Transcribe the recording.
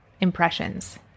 impressions